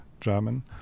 German